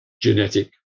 Genetic